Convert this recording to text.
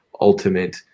ultimate